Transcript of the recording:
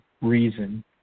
reason